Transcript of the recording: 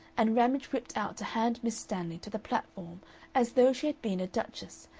and ramage whipped out to hand miss stanley to the platform as though she had been a duchess,